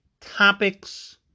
topics